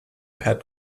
pat